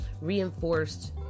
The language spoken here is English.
reinforced